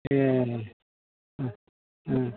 ए अ अ